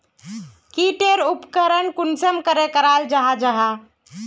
की टेर उपकरण कुंसम करे कराल जाहा जाहा?